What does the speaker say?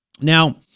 Now